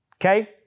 okay